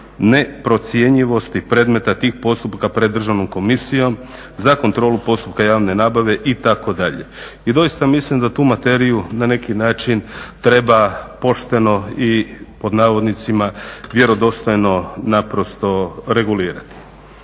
ne procjenjivosti predmeta tih postupka pred državnom komisijom za kontrolu postupka javne nabave itd.. I doista mislim da tu materiju na neki način treba pošteno i pod navodnicima vjerodostojno naprosto regulirati.